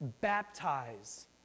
baptize